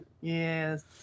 Yes